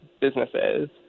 businesses